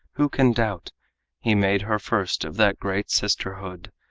who can doubt he made her first of that great sisterhood,